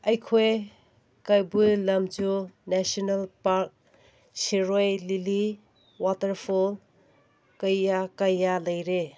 ꯑꯩꯈꯣꯏ Keibul Lamjao national park Shirui lily waterfall ꯀꯌꯥ ꯀꯌꯥ ꯂꯩꯔꯦ